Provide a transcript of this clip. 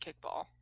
kickball